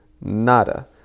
nada